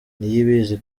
niyibizi